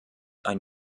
ein